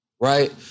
Right